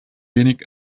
wenig